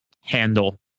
handle